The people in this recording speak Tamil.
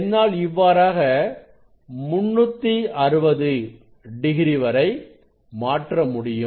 என்னால் இவ்வாறாக 360 டிகிரி வரை மாற்றமுடியும்